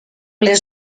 les